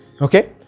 Okay